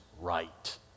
right